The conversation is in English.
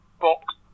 box